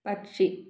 പക്ഷി